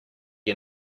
you